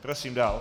Prosím dál.